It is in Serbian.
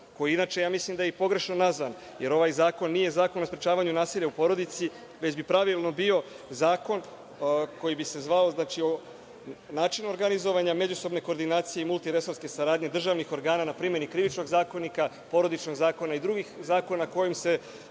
koji inače ja mislim da je pogrešno nazvan, jer ovaj zakon nije zakon o sprečavanju nasilja u porodici, već bi pravilno bio zakon koji bi se zvao – način organizovanja međusobne koordinacije i multiresurske saradnje državnih organa na primeni Krivičnog zakonika, Porodičnog zakona i drugih zakona kojima se